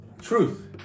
truth